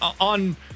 on